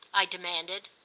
i demanded.